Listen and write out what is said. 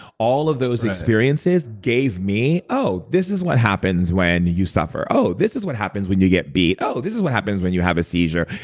all of those experiences gave me, oh, this is what happens when you suffer. oh, this is what happens when you get beat. oh, this is what happens when you have a seizure.